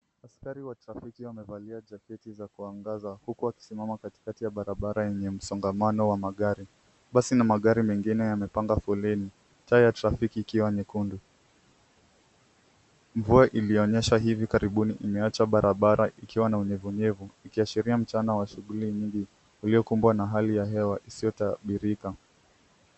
Askari wa trafiki amevalia jaketi za kuangaza huku akisimama katikati ya barabara yenye msongamano wa magari. Basi na magari mengine yamepanga folini, taa ya trafiki ikiwa nyekundu. Mvua ilionyesha hivi karibuni imeacha barabara ikiwa na unyevunyevu ikiashiria mchana wa shughuli nyingi uliokumbwa na hali ya hewa isiyotabirika.